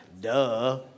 duh